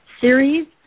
series